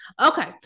Okay